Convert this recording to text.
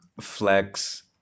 flex